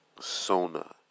sona